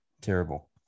terrible